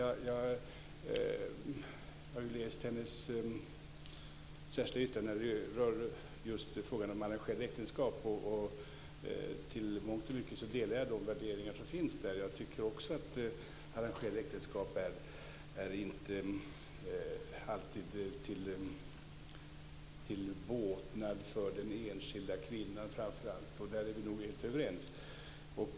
Jag har läst hennes särskilda yttrande som rör frågan om arrangerade äktenskap. Till mångt och mycket delar jag de värderingar som finns där. Också jag tycker att arrangerade äktenskap inte alltid är till båtnad för den framför allt den enskilda kvinnan. Där är vi nog helt överens.